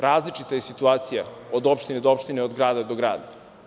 Različita je situacija od opštine do opštine, od grada do grada.